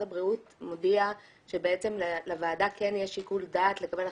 הבריאות מודיע שבעצם לוועדה כן יש שיקול דעת לקבל החלטה,